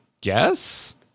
guess